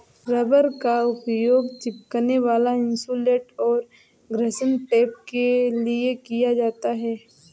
rubber का उपयोग चिपकने वाला इन्सुलेट और घर्षण टेप के लिए किया जाता है